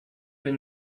been